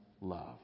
love